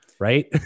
right